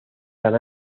tan